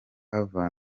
ava